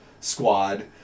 squad